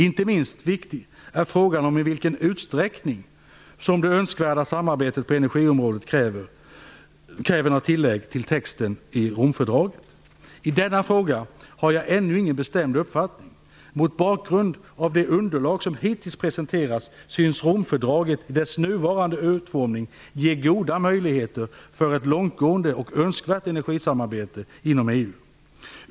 Inte minst viktig är frågan om i vilken utsträckning som det önskvärda samarbetet på energiområdet kräver några tillägg till texten i Romfördraget. I denna fråga har jag ännu ingen bestämd uppfattning. Mot bakgrund av det underlag som hittills presenterats syns Romfördraget i dess nuvarande utformning ge goda möjligheter för ett långtgående och önskvärt energisamarbete inom EU.